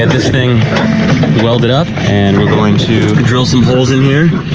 and this thing welded up, and we're going to to drill some holes in here.